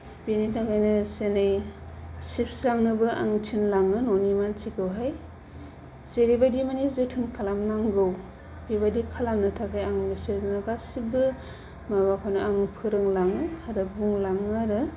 बेनि थाखायनो एसे एनै सिबस्रांनोबो आं थिनलाङो न'नि मानसिखौहाय जेरैबायदि माने जोथोन खालामनांगौ बेबायदि खालामनो थाखाय आं बिसोरनो गासिबो माबाखौनो आं फोरोंलाङो आरो बुंलाङो आरो